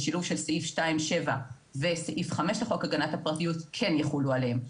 בשילוב של סעיף 2(7) וסעיף 5 לחוק הגנת הפרטיות כן יחולו עליהם.